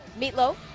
Meatloaf